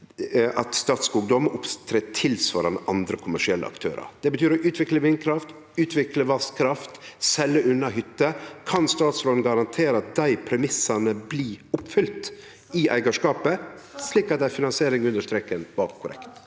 at Statskog då må opptre tilsvarande andre kommersielle aktørar. Det betyr å utvikle vindkraft, utvikle vasskraft og å selje unna hytter. Kan statsråden garantere at dei premissane blir oppfylte i eigarskapet, slik at ei finansiering under streken var korrekt?